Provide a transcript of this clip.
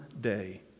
day